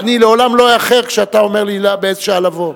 אני לעולם לא אאחר כשאתה אומר לי באיזו שעה לבוא.